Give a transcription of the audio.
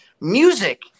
Music